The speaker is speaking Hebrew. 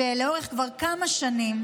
שכבר לאורך כמה שנים,